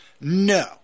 No